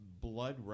blood